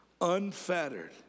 unfettered